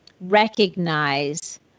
recognize